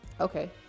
okay